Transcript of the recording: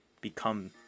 become